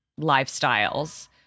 lifestyles